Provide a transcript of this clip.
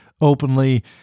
openly